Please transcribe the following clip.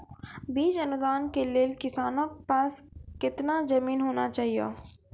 बीज अनुदान के लेल किसानों के पास केतना जमीन होना चहियों?